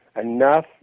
enough